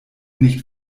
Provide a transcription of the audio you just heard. nicht